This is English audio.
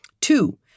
Two